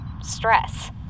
stress